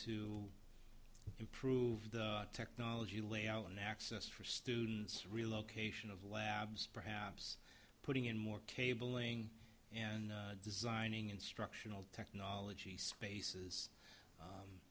to improve the technology layout and access for students relocation of labs perhaps putting in more cable ing and designing instructional technology spaces